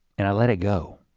and i let it go